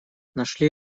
нашли